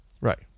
Right